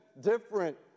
different